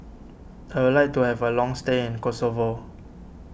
I would like to have a long stay in Kosovo